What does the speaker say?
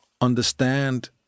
understand